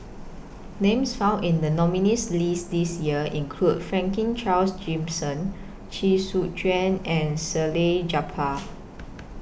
Names found in The nominees' list This Year include Franklin Charles Gimson Chee Soon Juan and Salleh Japar